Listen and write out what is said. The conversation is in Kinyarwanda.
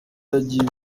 yagiye